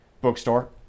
bookstore